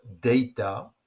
data